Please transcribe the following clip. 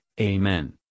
Amen